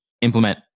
implement